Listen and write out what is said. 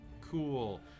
Cool